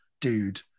dude